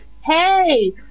Hey